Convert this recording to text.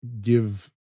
give